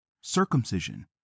circumcision